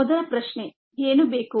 ಮೊದಲ ಪ್ರಶ್ನೆ ಏನು ಬೇಕು